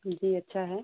जी अच्छा है